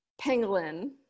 Penguin